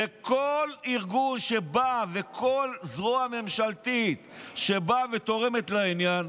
וכל ארגון שבא וכל זרוע ממשלתית שבאה ותורמת לעניין,